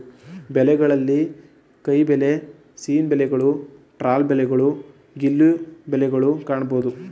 ಬಲೆಗಳಲ್ಲಿ ಕೈಬಲೆ, ಸೀನ್ ಬಲೆಗಳು, ಟ್ರಾಲ್ ಬಲೆಗಳು, ಗಿಲ್ಲು ಬಲೆಗಳನ್ನು ಕಾಣಬೋದು